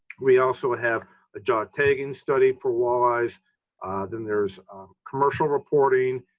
we also have a jaw tagging study for walleyes then there's commercial reporting.